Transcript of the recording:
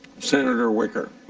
senator wicker.